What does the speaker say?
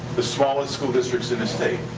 the smallest school districts in the state.